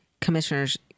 commissioners